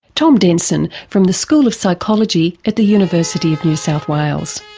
tom denson from the school of psychology at the university of new south wales.